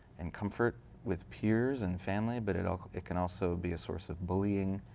and comfort with peers and family. but it ah it can also be a source of bullying